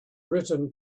written